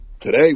today